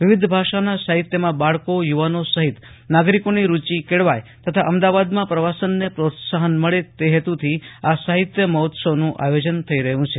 વિવિધ ભાષાના સાહિત્યમાં બાળકાે યુવાનાેસહિત નાગરિકાેની રુચિ કેળવાય તથા અમદાવાદમાં પ્રવાસનને પ્રોત્સાહન મળે તે હેતુથી આ સાહિત્ય મહાેત્સવનું આયાેજન થઇ રહ્યું છે